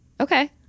Okay